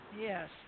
Yes